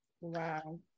Wow